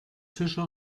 fischer